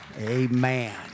Amen